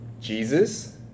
Jesus